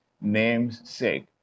namesake